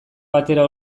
batera